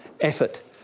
effort